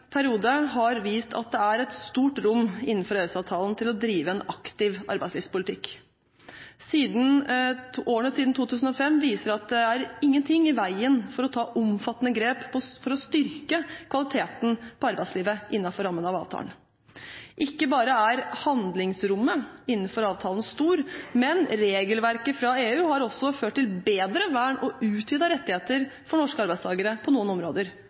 periode har vist at det er et stort rom innenfor EØS-avtalen for å drive en aktiv arbeidslivspolitikk. Årene etter 2005 viser at det er ingenting i veien for å ta omfattende grep for å styrke kvaliteten på arbeidslivet innenfor rammen av avtalen. Ikke bare er handlingsrommet innenfor avtalen stort, men regelverket fra EU har også ført til bedre vern og utvidede rettigheter for norske arbeidstakere på noen områder